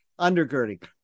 undergirding